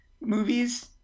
movies